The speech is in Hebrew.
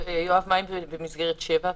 יואב, מה עם במסגרת פסקה (7),